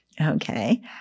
okay